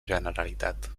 generalitat